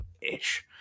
Ish